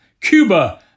Cuba